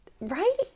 Right